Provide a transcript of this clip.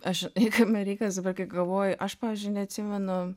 aš kame reikalas dabar kai galvoju aš pavyzdžiui neatsimenu